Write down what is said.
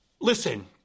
Listen